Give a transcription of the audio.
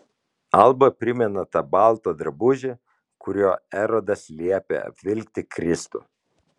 alba primena tą baltą drabužį kuriuo erodas liepė apvilkti kristų